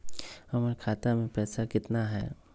हमर खाता मे पैसा केतना है?